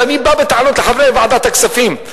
שאני בא בטענות לחברי ועדת הכספים.